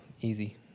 Easy